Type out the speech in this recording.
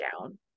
down